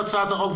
לכל הצעת החוק.